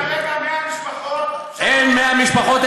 יש כרגע 100 משפחות, אין 100 משפחות.